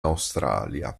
australia